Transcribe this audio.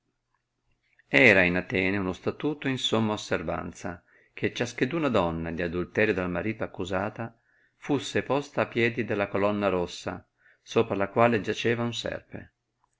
era in atene un statuto in somma osservanza che ciascheduna donna di adulterio dal marito accusata fusse posta a piedi della colonna rossa sopra la quale giaceva un serpe